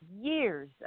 years